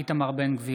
איתמר בן גביר.